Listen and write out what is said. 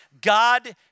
God